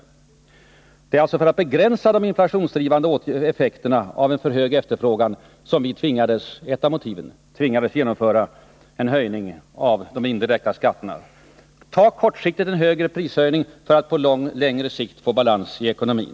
Det var alltså bl.a. för att begränsa de inflationsdrivande effekterna av en för hög efterfrågan som vi tvingades genomföra en höjning av de indirekta skatterna, att kortsiktigt ta en högre prishöjning för att på längre sikt få balans i ekonomin.